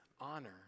honor